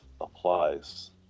applies